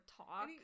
talk